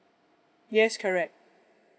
yes correct